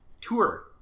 tour